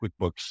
QuickBooks